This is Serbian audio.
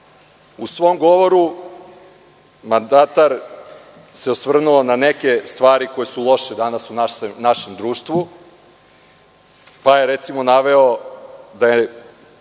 U svom govoru mandatar se osvrnuo na neke stvari koje su loše danas u našem društvu pa je recimo naveo da je